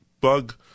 bug